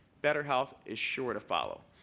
better health is sure to follow.